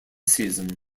season